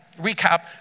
recap